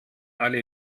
alle